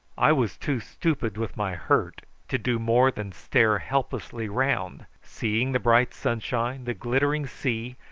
i was too stupid with my hurt to do more than stare helplessly round, seeing the bright sunshine, the glittering sea,